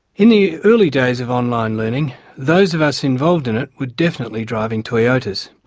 in the early days of online learning those of us involved in it were definitely driving toyotas.